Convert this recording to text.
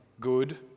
good